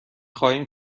خواهیم